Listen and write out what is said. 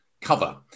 cover